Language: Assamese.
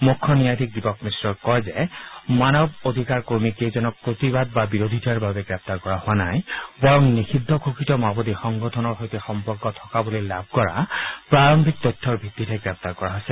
মুখ্য ন্যায়াধীশ দীপক মিশ্ৰই কয় যে মানৱ অধিকাৰ কৰ্মী কেইজনক প্ৰতিবাদ বা বিৰোধিতাৰ বাবে গ্ৰেপ্তাৰ কৰা হোৱা নাই বৰং নিযিদ্ধঘোষিত মাওবাদী সংগঠনৰ সৈতে সম্পৰ্ক থকা বুলি লাভ কৰা প্ৰাৰম্ভিক তথ্যৰ ভিত্তিতে গ্ৰেপ্তাৰ কৰা হৈছে